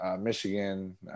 Michigan